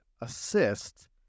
assist